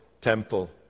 temple